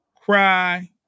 Cry